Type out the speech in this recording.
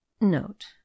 Note